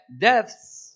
deaths